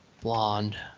Blonde